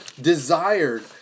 desired